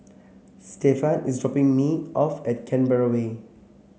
Stefan is dropping me off at Canberra Way